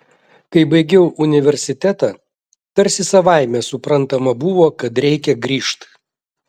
kai baigiau universitetą tarsi savaime suprantama buvo kad reikia grįžt